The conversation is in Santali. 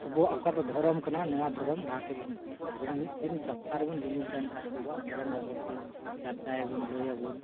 ᱟᱵᱚᱣᱟᱜ ᱚᱠᱟ ᱫᱚ ᱫᱷᱚᱨᱚᱢ ᱠᱟᱱᱟ ᱱᱚᱣᱟ ᱫᱷᱚᱨᱚᱢ ᱞᱟᱦᱟ ᱥᱮᱫ ᱵᱚᱱ ᱤᱫᱤᱭᱟ ᱟᱵᱚ ᱦᱚᱸ ᱢᱤᱫ ᱫᱤᱱ ᱥᱚᱯᱛᱟᱦᱚᱸ ᱨᱮᱵᱚᱱ ᱡᱩᱢᱤᱫ ᱞᱮᱱᱠᱷᱟᱱ ᱟᱵᱚᱣᱟᱜ ᱫᱷᱚᱨᱚᱢ ᱵᱟᱵᱚᱫ ᱛᱮ ᱪᱟᱨᱪᱟᱭᱟᱵᱚᱱ ᱞᱟᱹᱭ ᱟᱵᱚᱱ